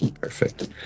Perfect